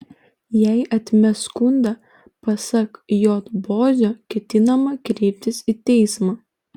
jei atmes skundą pasak j bozio ketinama kreiptis į teismą